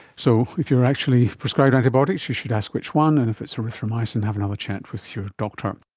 so if you are actually prescribed antibiotics, you should ask which one, and if it's erythromycin, have another chat with your doctor